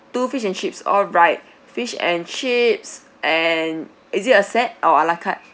two fish and chips all right fish and chips and is it a set or a la carte